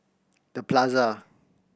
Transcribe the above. The Plaza